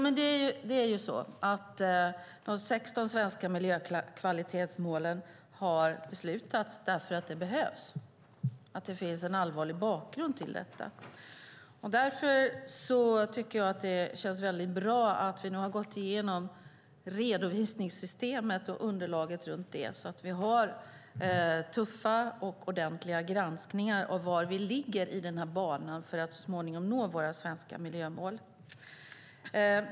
Fru talman! De 16 svenska miljökvalitetsmålen har beslutats därför att de behövs. Det finns en allvarlig bakgrund till dem. Därför känns det väldigt bra att vi nu har gått igenom redovisningssystemet och underlaget runt det, så att vi har tuffa och ordentliga granskningar av var vi ligger på vägen mot att så småningom nå våra svenska miljömål.